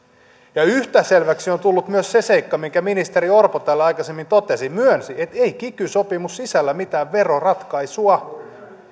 yhtä selväksi on tullut myös se seikka minkä ministeri orpo täällä aikaisemmin totesi myönsi että ei kiky sopimus sisällä mitään veroratkaisua